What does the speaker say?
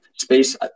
space